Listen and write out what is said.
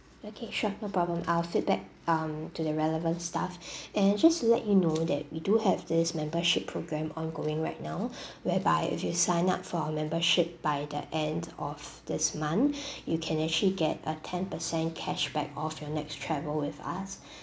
okay sure no problem I'll feedback um to the relevant staff and just to let you know that we do have this membership program ongoing right now whereby if you sign up for a membership by the end of this month you can actually get a ten percent cashback off your next travel with us